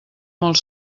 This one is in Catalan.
molt